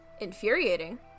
infuriating